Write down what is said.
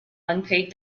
unpaid